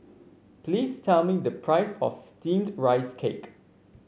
please tell me the price of steamed Rice Cake